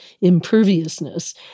imperviousness